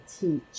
teach